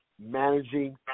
managing